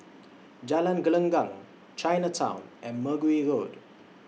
Jalan Gelenggang Chinatown and Mergui Road